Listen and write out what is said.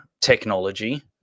technology